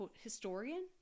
historian